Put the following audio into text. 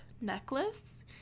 necklace